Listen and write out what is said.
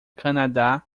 canadá